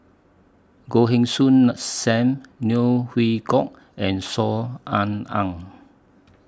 Goh Heng Soon SAM Neo Chwee Kok and Saw Ean Ang